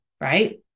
right